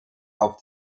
auf